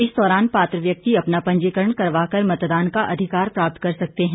इस दौरान पात्र व्यक्ति अपना पंजीकरण करवाकर मतदान का अधिकार प्राप्त कर सकते हैं